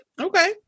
okay